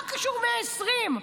מה קשורים 120?